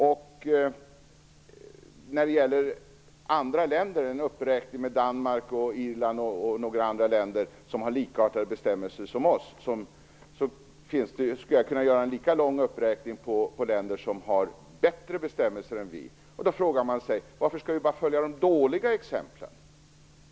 Vi fick här en uppräkning av andra länder - Danmark, Irland och några andra - med bestämmelser som är likartade som våra. Jag skulle kunna göra en lika lång uppräkning av länder som har bättre bestämmelser än vi. Man frågar sig: Varför skall vi följa bara de dåliga exemplen?